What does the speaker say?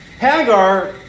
Hagar